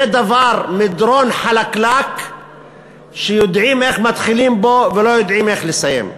זה מדרון חלקלק שיודעים איך מתחילים בו ולא יודעים איך לסיים.